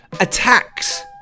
attacks